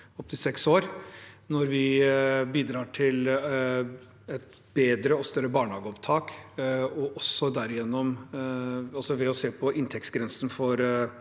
opptil seks år, når vi bidrar til et bedre og større barnehageopptak, og når vi ser på inntektsgrensen for